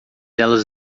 elas